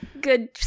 Good